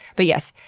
but yes,